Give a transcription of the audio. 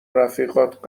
رفیقات